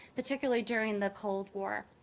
particularly during the cold war,